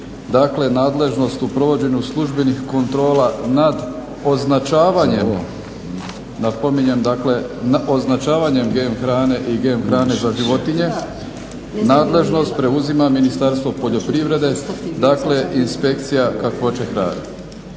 dakle nadležnost u provođenju službenih kontrola nad označavanjem, napominjem dakle nad označavanjem GM hrane i GM hrane za životinje nadležnost preuzima Ministarstvo poljoprivrede, dakle Inspekcija kakvoće hrane.